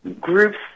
groups